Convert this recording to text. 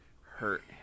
hurt